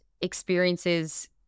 experiences